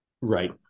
Right